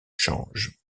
change